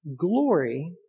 glory